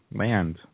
land